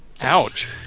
Ouch